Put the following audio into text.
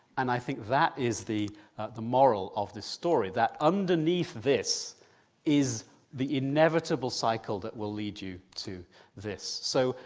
and i think that is the the moral of this story, that underneath this is the inevitable cycle that will lead you to this. so,